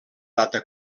data